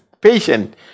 patient